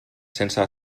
sense